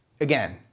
again